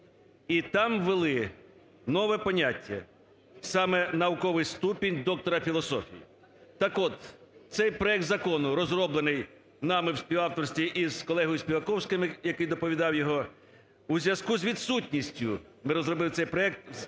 і там ввели нове поняття, саме науковий ступінь доктора філософії. Так от цей проект закону розроблений нами у співавторстві з колегою Співаковським, який доповідав його, у зв'язку з відсутністю ми розробили цей проект,